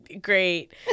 great